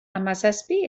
hamazazpi